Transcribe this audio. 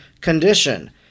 condition